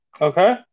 Okay